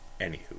Anywho